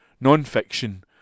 Non-fiction